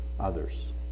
Others